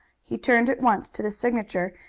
he turned at once to the signature,